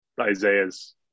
Isaiah's